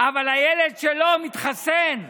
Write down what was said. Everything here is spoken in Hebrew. אבל הילד שלו מתחסן,